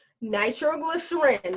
nitroglycerin